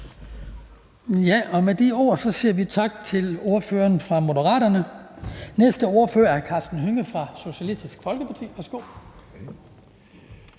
Med de ord siger vi tak til ordføreren fra Moderaterne. Den næste ordfører er hr. Karsten Hønge fra Socialistisk Folkeparti. Værsgo.